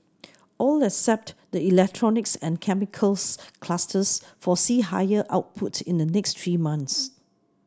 all except the electronics and chemicals clusters foresee higher output in the next three months